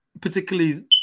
particularly